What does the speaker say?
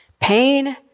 Pain